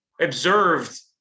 observed